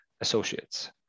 associates